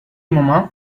mama